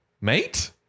Mate